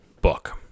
book